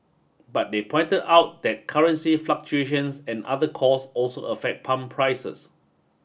but they pointed out that currency fluctuations and other costs also affect pump prices